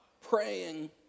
praying